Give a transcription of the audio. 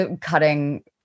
cutting